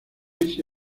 ese